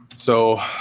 so